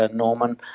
ah norman,